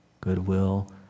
goodwill